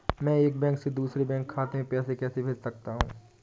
मैं एक बैंक से दूसरे बैंक खाते में पैसे कैसे भेज सकता हूँ?